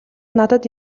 надад